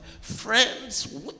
friends